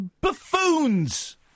buffoons